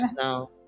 now